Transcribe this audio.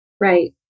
Right